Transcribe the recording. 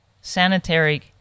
sanitary